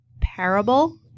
Parable